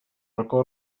racó